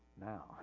now